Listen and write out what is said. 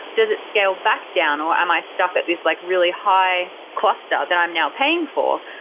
does it scale back down, or am i stuck at this like really high cluster that i'm now paying for?